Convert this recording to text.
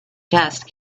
dust